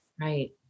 Right